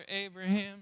Abraham